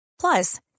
Plus